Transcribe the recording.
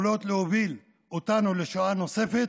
יכולות להוביל אותנו לשואה נוספת?